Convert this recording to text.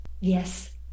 Yes